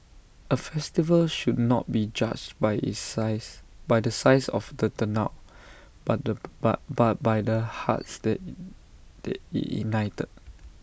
A festival should not be judged by the size by the size of the turnout but by by the hearts that that IT ignited